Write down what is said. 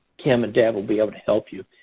kim and deb will be able to help you.